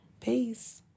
Peace